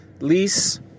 lease